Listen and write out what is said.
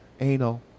Anal